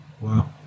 wow